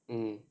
mm